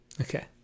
Okay